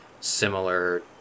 similar